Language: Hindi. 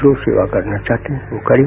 जो सेवा करना चाहते हैं वो करें